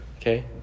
okay